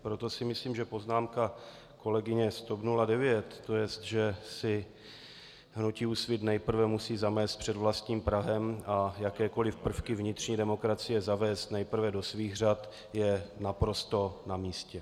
Proto si myslím, že poznámka kolegyně z TOP 09, to jest, že si hnutí Úsvit nejprve musí zamést před vlastním prahem a jakékoliv prvky vnitřní demokracie zavést nejprve do svých řad, je naprosto namístě.